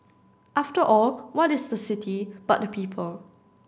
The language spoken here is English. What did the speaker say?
after all what is the city but the people